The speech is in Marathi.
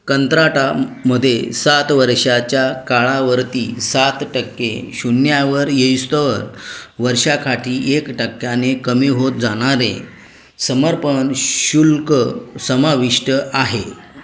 कंत्राटामध्ये सात वर्षाच्या काळावरती सात टक्के शून्यावर येईस्तोवर वर्षाकाठी एक टक्क्याने कमी होत जाणारे समर्पण शुल्क समाविष्ट आहे